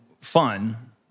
fun